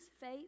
faith